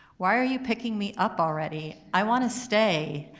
why are you picking me up already? i wanna stay,